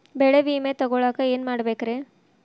ಬೆಳೆ ವಿಮೆ ತಗೊಳಾಕ ಏನ್ ಮಾಡಬೇಕ್ರೇ?